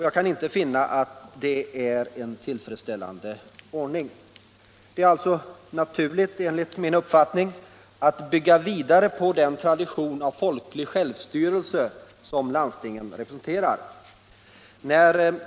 Jag kan inte finna att detta är en tillfredsställande ordning. Det är alltså naturligt, enligt mitt sätt att se, att bygga vidare på den tradition av folklig självstyrelse som landstingen representerar.